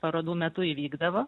parodų metu įvykdavo